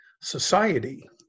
society